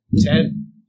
ten